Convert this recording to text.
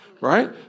Right